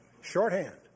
Shorthand